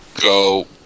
go